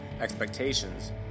expectations